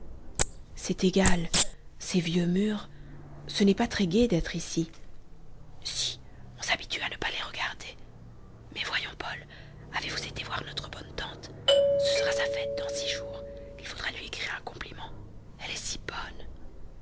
c'est égal ces vieux murs ce n'est pas très gai d'être ici si on s'habitue à ne pas les regarder mais voyons paul avez-vous été voir notre bonne tante ce sera sa fête dans six jours il faudra lui écrire un compliment elle est si bonne